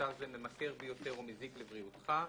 "מוצר זה ממכר ביותר ומזיק לבריאותך".